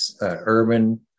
urban